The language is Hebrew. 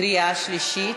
קריאה שלישית.